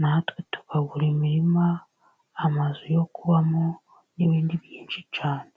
Natwe tukagura imirima amazu yo kubamo n'ibindi byinshi cyane.